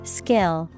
skill